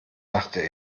dachte